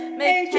make